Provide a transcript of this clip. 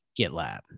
GitLab